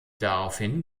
daraufhin